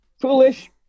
foolish